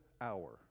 hour